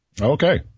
Okay